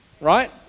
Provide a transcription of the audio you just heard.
Right